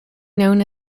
known